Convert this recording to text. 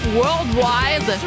worldwide